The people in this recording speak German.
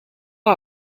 mir